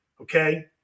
okay